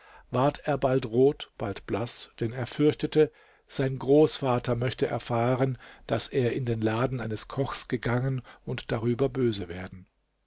ward er bald rot bald blaß denn er fürchtete sein großvater möchte erfahren daß er in den laden eines kochs gegangen und darüber böse werden